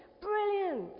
Brilliant